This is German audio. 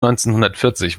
neunzehnhundertvierzig